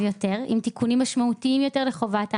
יותר עם תיקונים משמעותיים יותר לחובת ההנגשה.